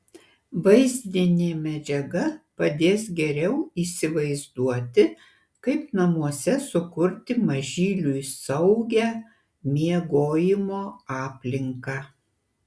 vaizdinė medžiaga padės geriau įsivaizduoti kaip namuose sukurti mažyliui saugią miegojimo aplinką